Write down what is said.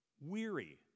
weary